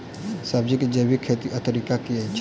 सब्जी केँ जैविक खेती कऽ तरीका की अछि?